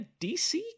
dc